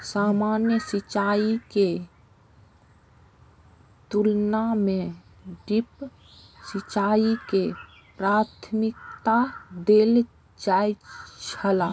सामान्य सिंचाई के तुलना में ड्रिप सिंचाई के प्राथमिकता देल जाय छला